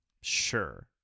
sure